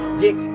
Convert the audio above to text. dick